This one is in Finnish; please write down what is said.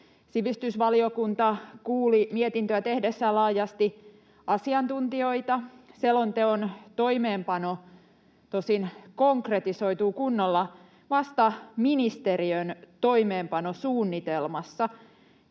Sivistysvaliokunta kuuli mietintöä tehdessään laajasti asiantuntijoita. Selonteon toimeenpano tosin konkretisoituu kunnolla vasta ministeriön toimeenpanosuunnitelmassa.